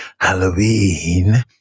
Halloween